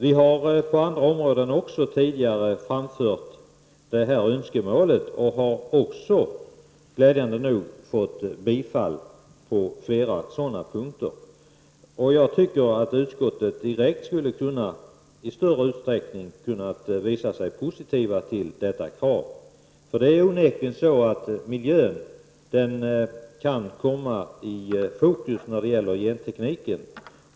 Vi har tidigare även på detta område framfört det här önskemålet och har glädjande nog också fått flera sådana punkter tillstyrkta. Jag tycker att utskottet i större utsträckning direkt skulle ha kunnat visa sig positivt till detta krav. Miljön kan onekligen komma i fokus på grund av gentekniken.